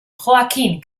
joaquín